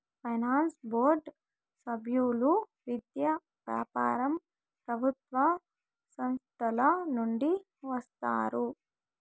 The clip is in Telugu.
ఫైనాన్స్ బోర్డు సభ్యులు విద్య, వ్యాపారం ప్రభుత్వ సంస్థల నుండి వస్తారు